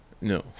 no